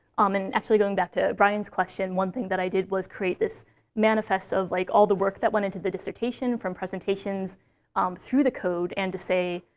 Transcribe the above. um and actually, going back to brian's question, one thing that i did was create this manifest of like all the work that went into the dissertation, from presentations um through the code, and to say,